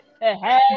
hey